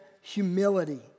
humility